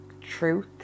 truth